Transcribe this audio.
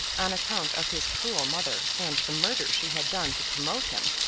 on account of his cruel mother and the murder she had done to promote him,